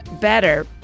better